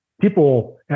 people